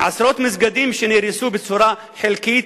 עשרות מסגדים נהרסו בצורה חלקית,